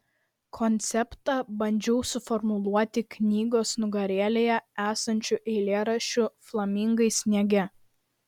konceptą bandžiau suformuluoti knygos nugarėlėje esančiu eilėraščiu flamingai sniege